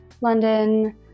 London